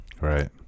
Right